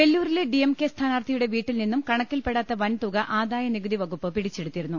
വെല്ലൂരിലെ DMK സ്ഥാനാർത്ഥിയുടെ വീട്ടിൽ നിന്നും കണക്കിൽപെടാത്ത വൻതുക ആദായനികുതി വകുപ്പ് പിടിച്ചെടുത്തിരുന്നു